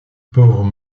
pauvre